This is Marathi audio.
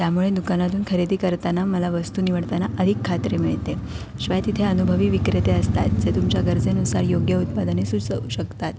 त्यामुळे दुकानातून खरेदी करताना मला वस्तू निवडताना अधिक खात्री मिळते शिवाय तिथे अनुभवी विक्रेते असतात जे तुमच्या गरजेनुसार योग्य उत्पादने सुचवू शकतात